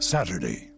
Saturday